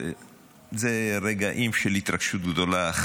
אלה רגעים של התרגשות גדולה.